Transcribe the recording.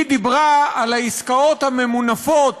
היא דיברה על העסקאות הממונפות